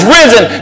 risen